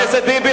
חבר הכנסת ביבי,